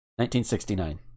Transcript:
1969